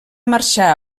marxar